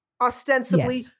ostensibly